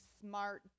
smart